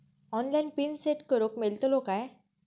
Online pin set करूक मेलतलो काय?